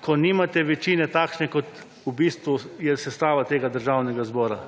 ko nimate večine takšne, kot je v bistvu sestava tega državnega zbora?